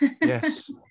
Yes